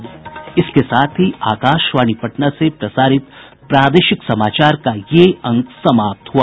इसके साथ ही आकाशवाणी पटना से प्रसारित प्रादेशिक समाचार का ये अंक समाप्त हुआ